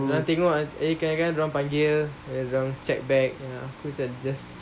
dorang tengok eh kadang-kadang dorang panggil and dorang check bag aku macam just